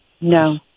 No